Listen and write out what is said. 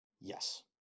Yes